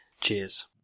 Cheers